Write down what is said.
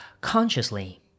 Consciously